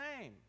name